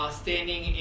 standing